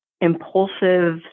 impulsive